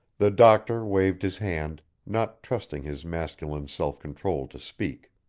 the doctor waved his hand, not trusting his masculine self-control to speak.